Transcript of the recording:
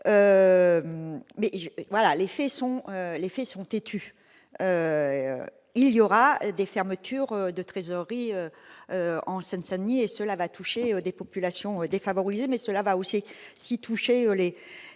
mais les faits sont têtus. Il y aura des fermetures de trésoreries en Seine-Saint-Denis ; cela va toucher des populations défavorisées, mais aussi les